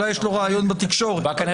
נותנים